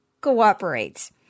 cooperates